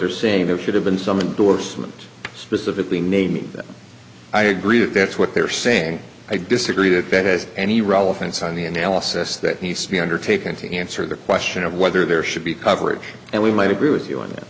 they're saying there should have been some endorsement specifically naming them i agree if that's what they're saying i disagree if it has any relevance on the analysis that needs to be undertaken to answer the question of whether there should be coverage and we might agree with you on that